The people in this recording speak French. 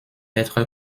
être